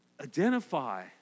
identify